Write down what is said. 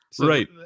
Right